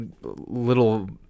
little